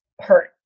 hurt